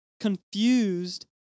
confused